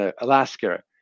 Alaska